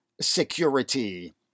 security